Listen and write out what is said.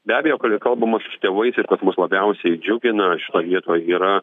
be abejo kai kalbama su tėvais ir kas mus labiausiai džiugina toj vietoj yra